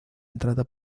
entrada